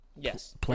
Yes